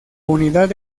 unidad